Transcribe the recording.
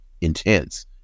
intense